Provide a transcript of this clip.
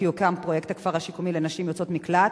כי יוקם פרויקט הכפר השיקומי לנשים יוצאות מקלט.